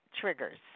triggers